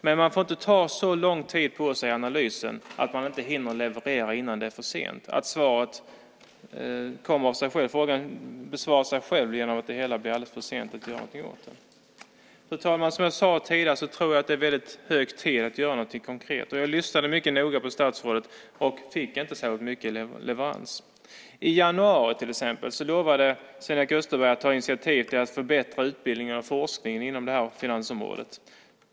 Men man får inte ta så lång tid på sig med analysen att man inte hinner leverera innan det är för sent. Frågan besvarar sig själv genom att det blir alldeles för sent att göra någonting åt detta. Fru talman! Som jag sade tidigare tror jag att det är hög tid att göra något mycket konkret. Jag lyssnade noga på statsrådet men tyckte inte att han utlovade särskilt mycket. I januari lovade Sven-Erik Österberg att ta initiativ till att förbättra utbildningen och forskningen inom detta finansområde.